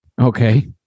Okay